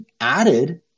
added